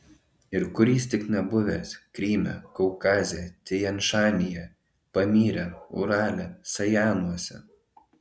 ir kur tik jis nebuvęs kryme kaukaze tian šanyje pamyre urale sajanuose